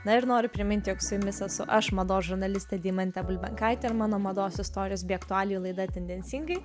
na ir noriu priminti jog su jumis esu aš mados žurnalistė deimantė bulbenkaitė ir mano mados istorijos bei aktualijų laida tendencingai